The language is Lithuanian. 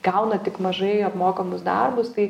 gauna tik mažai apmokamus darbus tai